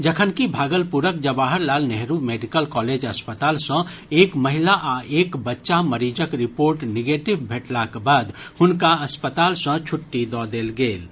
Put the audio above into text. जखनकि भागलपुरक Jawahar Lal Nehru medical college अस्पताल मे सँ एक महिला आ एक बच्चा मरीजक रिपोर्ट निगेटिव भेटलाक बाद हुनका अस्पताल सँ छुट्टी दऽ देल गेल अछि